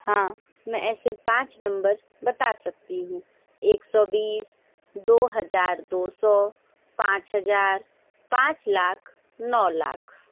हाँ मैं ऐसे पाँच नंबर बता सकती हूँ एक सौ बीस दो हजार दो सौ पाँच हजार पाँच लाख नौ लाख